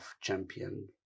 champion